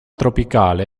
tropicale